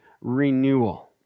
renewal